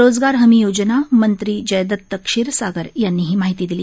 रोजगार हमी योजना मंत्री जयदत्त क्षीरसागर यांनी ही माहिती दिली